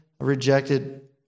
rejected